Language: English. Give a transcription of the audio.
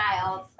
child